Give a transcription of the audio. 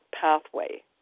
pathway